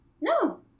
No